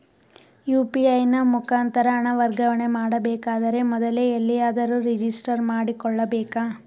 UPI ನ ಮುಖಾಂತರ ಹಣ ವರ್ಗಾವಣೆ ಮಾಡಬೇಕಾದರೆ ಮೊದಲೇ ಎಲ್ಲಿಯಾದರೂ ರಿಜಿಸ್ಟರ್ ಮಾಡಿಕೊಳ್ಳಬೇಕಾ?